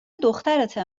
دخترته